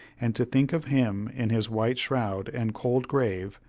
and to think of him, in his white shroud and cold grave,